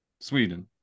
Sweden